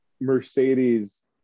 Mercedes